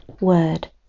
word